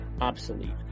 obsolete